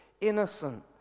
innocent